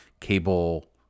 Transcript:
cable